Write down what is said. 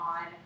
on